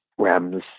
REMS